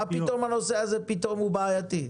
למה הנושא הזה פתאום בעייתי?